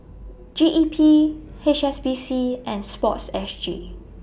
G E P H S B C and Sports S G